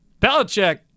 Belichick